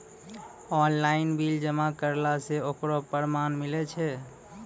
Online bill जमा करला से ओकरौ परमान मिलै छै?